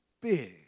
big